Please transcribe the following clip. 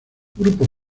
grupo